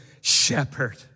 shepherd